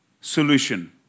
solution